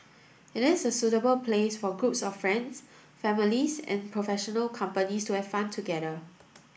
it is a suitable place for groups of friends families and professional companies to have fun together